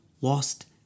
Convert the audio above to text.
lost